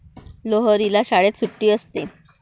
लोहरीला शाळेत सुट्टी असते